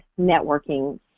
networking